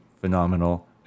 phenomenal